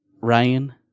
Ryan